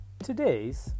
Today's